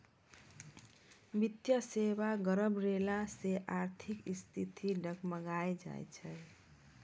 वित्तीय सेबा गड़बड़ैला से आर्थिक स्थिति डगमगाय जाय छै